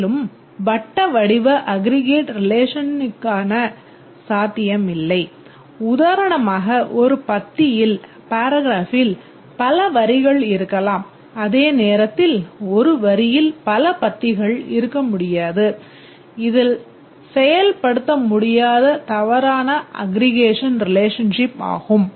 மேலும் வட்டவடிவ பல வரிகள் இருக்கலாம் அதே நேரத்தில் ஒரு வரியில் பல பத்திகள் இருக்க முடியாது இது செயல்படுத்த முடியாதத் தவறான அக்ரிகேஷன் ரிலேஷன்ஷிப் ஆகும்